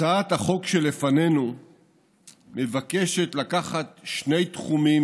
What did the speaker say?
הצעת החוק שלפנינו מבקשת לקחת שני תחומים